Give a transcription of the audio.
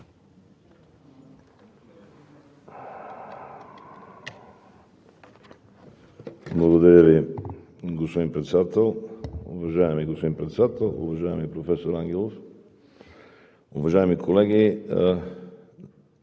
Благодаря Ви, господин Председател. Уважаеми господин Председател, уважаеми професор Ангелов, уважаеми колеги!